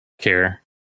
care